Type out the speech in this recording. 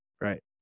Right